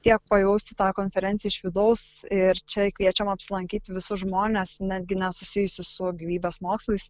tiek pajausti tą konferenciją iš vidaus ir čia kviečiam apsilankyti visus žmones netgi nesusijusius su gyvybės mokslais